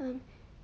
um